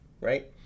right